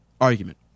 argument